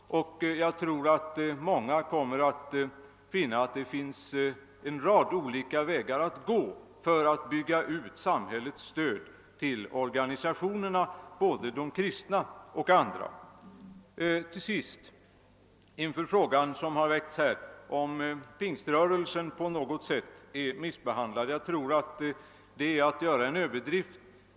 Jag tror att många kommer att märka att det finns en rad olika vägar att gå för att bygga ut samhällets stöd till organisationerna, både de kristna och andra. Man har här väckt frågan huruvida pingströrelsen på något sätt är illa be-, handlad. Att påstå det tror jag är att överdriva.